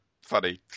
funny